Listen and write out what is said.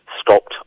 stopped